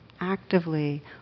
actively